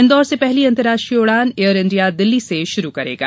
इंदौर से पहली अंतरराष्ट्रीय उड़ान एयर इंडिया दिल्ली से शुरू करेगा